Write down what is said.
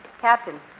Captain